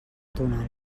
túnel